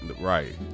right